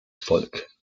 volk